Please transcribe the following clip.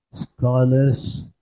scholars